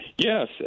Yes